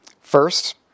First